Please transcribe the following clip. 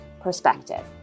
perspective